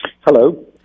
Hello